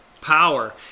Power